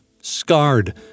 scarred